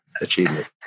achievement